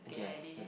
get it